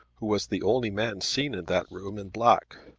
who was the only man seen in that room in black.